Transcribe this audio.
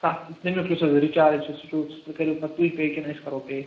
تَتھ تَمیٛک یُس حظ رِچارٕج چھُ سُہ چھُو سُہ کٔریٛو پتہٕ تُہۍ پیٚے کِنہٕ أسۍ کَرو پیٚے